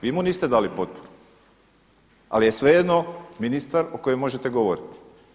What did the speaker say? Vi mu niste dali potporu, ali je svejedno ministar o kojem možete govoriti.